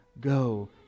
go